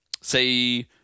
Say